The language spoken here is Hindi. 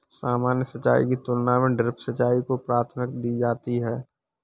सामान्य सिंचाई की तुलना में ड्रिप सिंचाई को प्राथमिकता दी जाती है